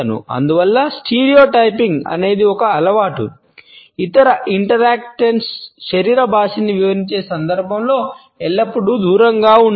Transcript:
అందువల్ల స్టీరియోటైపింగ్ అనేది ఒక అలవాటు ఇతర ఇంటరాక్టివ్ల శరీర భాషని వివరించే సందర్భంలో ఎల్లప్పుడూ దూరంగా ఉండాలి